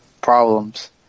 problems